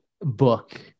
Book